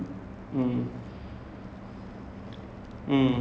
at first like it's still nice lah then after a while it gets